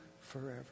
forever